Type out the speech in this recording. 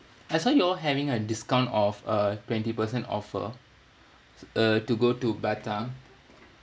I saw you all having a discount of uh twenty percent offer uh to go to batam